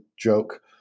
joke